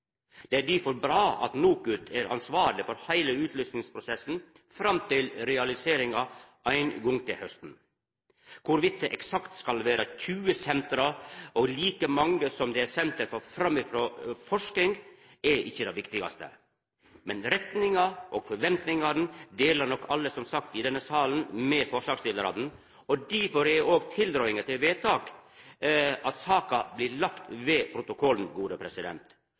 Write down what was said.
Det er difor bra at NOKUT er ansvarleg for heile utlysingsprosessen fram til realiseringa ein gong til hausten. Om det eksakt skal vera 20 senter og like mange som det er senter for framifrå forsking, er ikkje det viktigaste. Men retninga og forventingane deler nok, som sagt, alle i denne salen med forslagsstillaren. Difor er òg tilrådinga til vedtak at saka blir lagd ved protokollen.